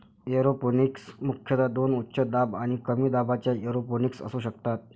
aeroponics मुख्यतः दोन उच्च दाब आणि कमी दाबाच्या एरोपोनिक्स असू शकतात